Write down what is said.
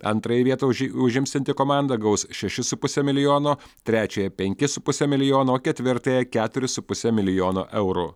antrąją vietą uži užimsianti komanda gaus šešis su puse milijono trečiąją penkis su puse milijono o ketvirtąją keturis su puse milijono eurų